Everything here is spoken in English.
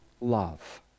love